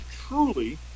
truly